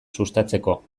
sustatzeko